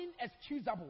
inexcusable